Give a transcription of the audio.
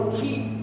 keep